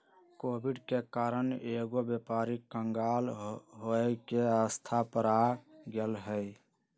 Covid के कारण कएगो व्यापारी क़ँगाल होये के अवस्था पर आ गेल हइ